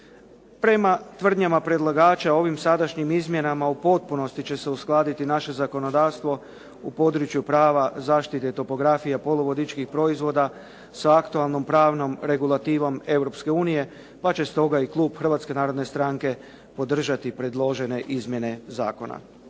Prema tvrdnjama predlagača, ovim sadašnjim izmjenama u potpunosti će se uskladiti naše zakonodavstvo u području prava zaštite topografije poluvodičkih proizvoda sa aktualnom pravnom regulativom Europske unije, pa će stoga i klub Hrvatske narodne stranke podržati predložene izmjene zakona.